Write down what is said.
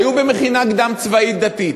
היו במכינה קדם-צבאית דתית,